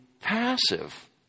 passive